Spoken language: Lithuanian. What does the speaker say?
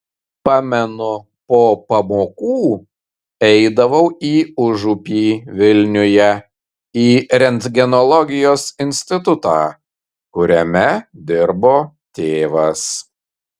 pamenu po pamokų eidavau į užupį vilniuje į rentgenologijos institutą kuriame dirbo tėvas